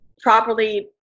properly